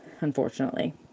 unfortunately